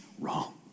wrong